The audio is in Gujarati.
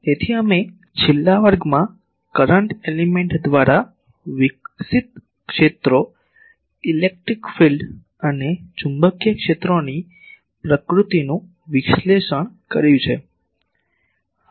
તેથી અમે છેલ્લા વર્ગમાં કરંટ એલીમેન્ટ દ્વારા વિકસિત ક્ષેત્રો ઇલેક્ટ્રિક ફિલ્ડ અને ચુંબકીય ક્ષેત્રોની પ્રકૃતિનું વિશ્લેષણ કર્યું છે